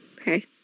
Okay